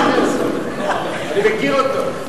אני מכיר אותו.